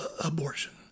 abortion